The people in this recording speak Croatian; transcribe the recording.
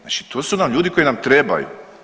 Znači tu su nam ljudi koji nam trebaju.